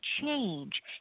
change